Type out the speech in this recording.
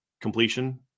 completion